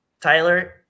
Tyler